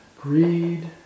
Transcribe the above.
Greed